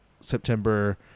September